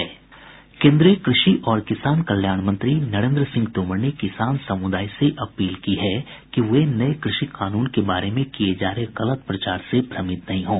केन्द्रीय कृषि और किसान कल्याण मंत्री नरेन्द्र सिंह तोमर ने किसान समुदाय से अपील की है कि वे नये कृषि कानून के बारे में किये जा रहे गलत प्रचार से भ्रमित नहीं हों